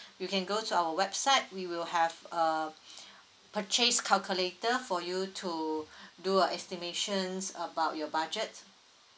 you can go to our website we will have uh purchase calculator for you to do a estimations about your budget